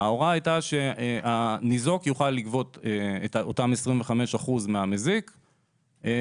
ההוראה הייתה שהניזוק יוכל לגבות את אותם 25 אחוזים מהמזיק וזהו.